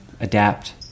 adapt